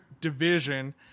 division